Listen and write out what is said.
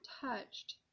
touched